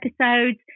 episodes